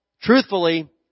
truthfully